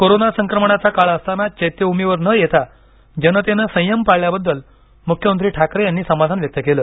corona संक्रमणाचा काळ असताना चैत्यभूमीवर न येता जनतेनं संयम पाळल्याबद्दल मुख्यमंत्री ठाकरे यांनी समाधान व्यक्त केलं